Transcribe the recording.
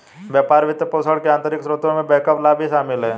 व्यापार वित्तपोषण के आंतरिक स्रोतों में बैकअप लाभ भी शामिल हैं